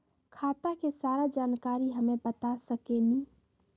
खाता के सारा जानकारी हमे बता सकेनी?